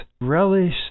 relish